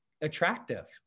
attractive